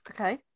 Okay